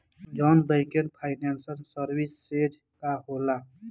Non banking financial services का होला?